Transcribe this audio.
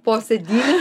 po sėdyne